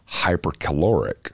hypercaloric